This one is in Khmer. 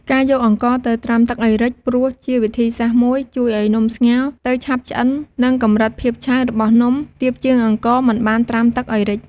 ការយកអង្ករទៅត្រាំទឹកឱ្យរីក ព្រោះជាវិធីសាស្រ្តមួយជួយឱ្យនំស្ងោរទៅឆាប់ឆ្អិន និងកម្រិតភាពឆៅរបស់នំ ទាបជាងអង្ករមិនបានត្រាំទឹកឱ្យរីក។